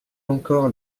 encore